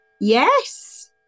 yes